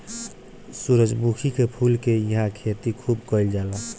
सूरजमुखी के फूल के इहां खेती खूब कईल जाला